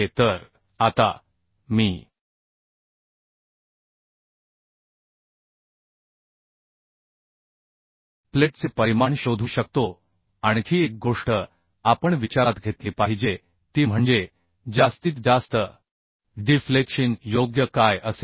तर आता मी प्लेटचे परिमाण शोधू शकतो आणखी एक गोष्ट आपण विचारात घेतली पाहिजे ती म्हणजे जास्तीत जास्त डिफ्लेक्शिन योग्य काय असेल